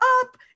up